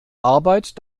arbeit